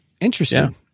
Interesting